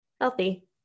Healthy